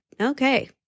okay